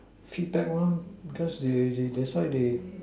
feedback one cause they they that's why they